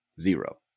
zero